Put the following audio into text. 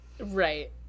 Right